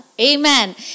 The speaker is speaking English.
Amen